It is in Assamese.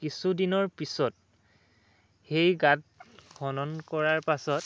কিছুদিনৰ পিছত সেই গাত খনন কৰাৰ পাছত